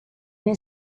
need